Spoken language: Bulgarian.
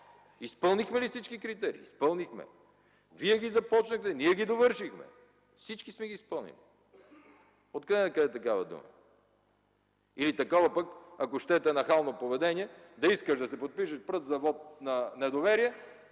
Изпълнихме ли всички критерии? Изпълнихме. Вие ги започнахте, ние ги довършихме. Всички сме ги изпълнили. Откъде накъде такава дума? Или такова пък, ако щете, нахално поведение – да искаш да се подпишеш с пръст за вот на недоверие,